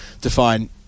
define